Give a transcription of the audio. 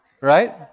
right